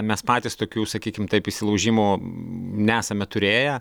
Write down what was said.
mes patys tokių sakykim taip įsilaužimų nesame turėję